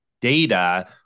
data